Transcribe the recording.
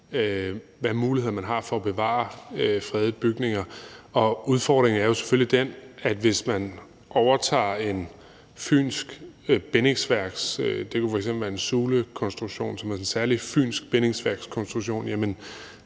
hvilke muligheder man har for at bevare fredede bygninger. Udfordringen er jo selvfølgelig den, at hvis man overtager et fynsk bindingsværk – det kunne f.eks. være en sulekonstruktion, som er sådan en særlig fynsk bindingsværkskonstruktion –